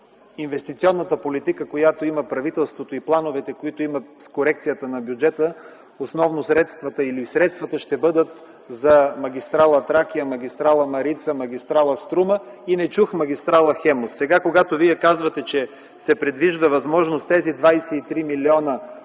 инвестиционната политика, която има правителството, и в плановете, които има за корекцията на бюджета, основно средствата ще бъдат за магистрала „Тракия”, магистрала „Марица”, магистрала „Струма” и не чух магистрала „Хемус”. Сега, когато Вие казвате, че се предвижда възможност тези 23 милиона